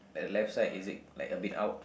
and the left side is it like a bit out